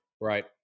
Right